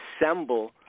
assemble